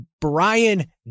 Brian